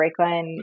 Breakline